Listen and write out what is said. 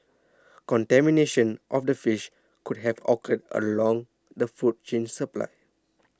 contamination of the fish could have occurred along the food chain supply